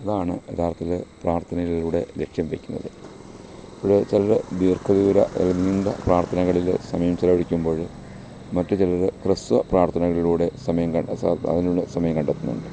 അതാണ് യാഥാർത്ഥത്തില് പ്രാർത്ഥനയിലൂടെ ലക്ഷ്യം വയ്ക്കുന്നത് ഇവിടെ ചിലര് ദീർഘദൂര നീണ്ട പ്രാർഥനകളില് സമയം ചെലവഴിക്കുമ്പോള് മറ്റ് ചിലര് ഹ്രസ്വ പ്രാർത്ഥനകളിലൂടെ സമയം കണ്ടത്താ സ അതിനുള്ള സമയം കണ്ടെത്തുന്നുണ്ട്